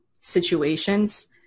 situations